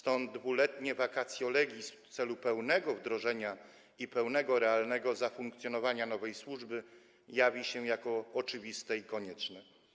Stąd 2-letnie vacatio legis, w celu pełnego wdrożenia i pełnego, realnego zafunkcjonowania nowej służby, jawi się jako oczywiste i konieczne.